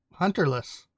hunterless